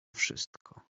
wszystko